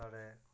साढ़ै